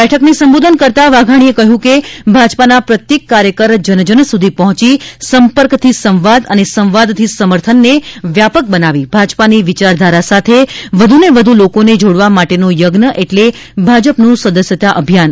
બેઠકને સંબોધન કરતા વાઘાણીએ કહ્યું હતું કે ભાજપાના પ્રત્યેક કાર્યકર જનજન સુધી પહોંચી સંપર્કથી સંવાદ અને સંવાદથી સમર્થન ને વ્યાપક બનાવી ભાજપાની વિચારધારા સાથે વ્યુને વધુ લોકોને જોડવા માટેનો યજ્ઞ એટલે ભાજપનું સદસ્યતા અભિયાન